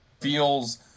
feels